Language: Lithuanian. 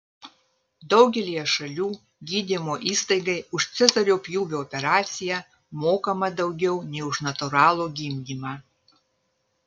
daugelyje šalių gydymo įstaigai už cezario pjūvio operaciją mokama daugiau nei už natūralų gimdymą